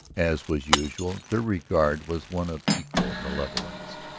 as was usual their regard was one of equal malevolence,